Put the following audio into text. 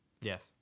yes